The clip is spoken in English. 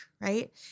right